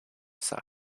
side